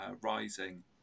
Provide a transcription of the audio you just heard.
rising